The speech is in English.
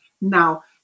Now